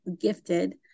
gifted